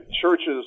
churches